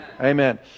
amen